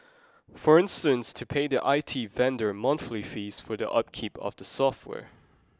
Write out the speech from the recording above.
for instance to pay the I T vendor monthly fees for the upkeep of the software